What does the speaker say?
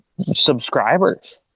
subscribers